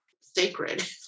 sacred